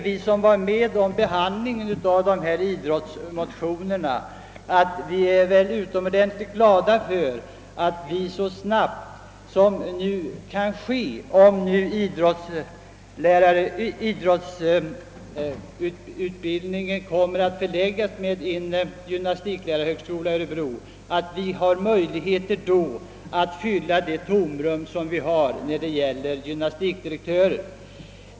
Vi som var med om behandlingen av idrottsmotionerna är utomordentligt glada för att det så snabbt som nu kan ske, om idrottsutbildningen förläggs vid en gymnastiklärarhögskola i Örebro, man har möjligheter att fylla det tomrum vi har när det gäller gymnastikdirektörer.